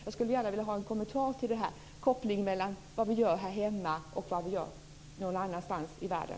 Jag skulle gärna vilja en kommentar till kopplingen mellan vad vi gör här hemma och vad vi gör i andra delar av världen.